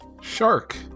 Shark